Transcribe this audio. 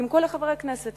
עם כל חברי הכנסת.